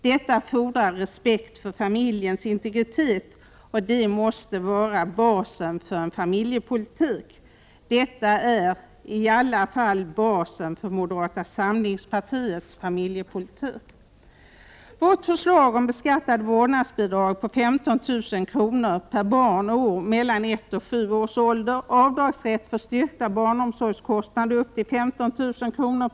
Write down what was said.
Detta fordrar respekt för familjens integritet, och det måste vara basen för vår familjepolitik. Detta är i varje fall basen för moderata samlingspartiets familjepolitik. Vårt förslag om beskattat vårdnadsbidrag på 15 000 kr. per barn och år mellan ett och sju års ålder, avdragsrätt för styrkta barnomsorgskostnader upp till 15 000 kr.